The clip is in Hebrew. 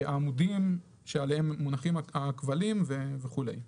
העמודים שעליהם מונחים הכבלים וכולי.